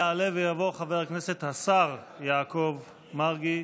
יעלה ויבוא חבר הכנסת השר יעקב מרגי.